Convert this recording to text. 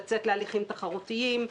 לצאת להליכים תחרותיים,